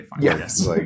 Yes